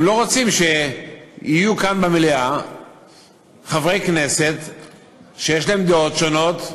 הם לא רוצים שיהיו כאן במליאה חברי כנסת שיש להם דעות שונות,